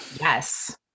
Yes